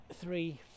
three